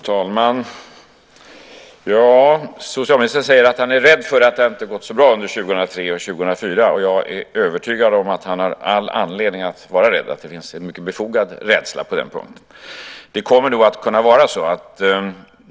Fru talman! Socialministern säger att han är rädd för att det inte har gått så bra under 2003 och 2004. Jag är övertygad om att han har all anledning att vara rädd och att det är mycket befogat att vara rädd på den punkten.